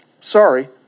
Sorry